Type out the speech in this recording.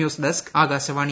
news desk Akashvani